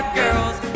girls